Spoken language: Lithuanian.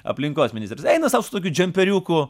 aplinkos ministras eina sau su tokiu džemperiuku